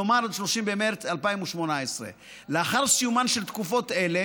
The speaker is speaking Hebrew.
כלומר עד 30 במרס 2018. לאחר סיומן של תקופות אלה